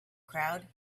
crowd